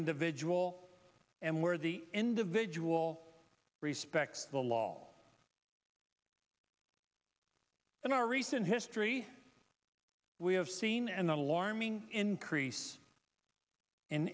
individual and where the individual respects the law in our recent history we have seen an alarming increase in